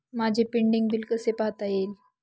माझे pending bill कसे पाहता येईल?